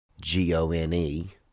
G-O-N-E